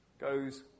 goes